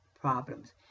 problems